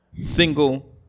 single